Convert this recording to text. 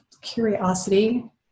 curiosity